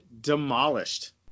demolished